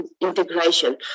integration